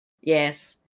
Yes